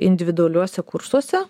individualiuose kursuose